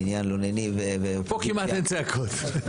פה כמעט אין צעקות.